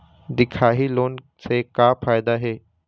दिखाही लोन से का फायदा हे?